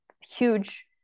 huge